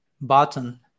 button